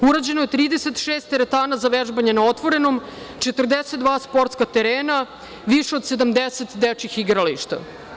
Urađeno je 36 teretana za vežbanje na otvorenom, 42 sportska terena, više od 70 dečijih igrališta.